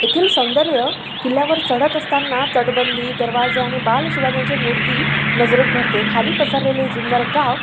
येथील सौंदर्य किल्ल्यावर चढत असताना तटबंदी दरवाजा आणि बाल शिवाजी यांची मूर्ती नजरेत भरते खाली पसरलेले जुन्नर गाव